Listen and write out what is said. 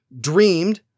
dreamed